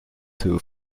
too